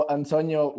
Antonio